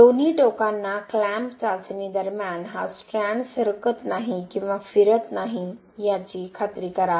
दोन्ही टोकांना क्लॅम्प चाचणी दरम्यान हा स्ट्रँड सरकत नाही किंवा फिरत नाही याची खात्री करा